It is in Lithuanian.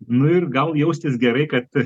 nu ir gal jaustis gerai kad